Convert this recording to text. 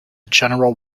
general